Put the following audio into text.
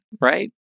Right